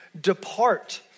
depart